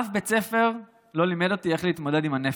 אף בית ספר לא לימד אותי איך להתמודד עם הנפש.